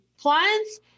clients